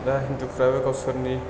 दा हिन्दुफ्राबो गावसोरनि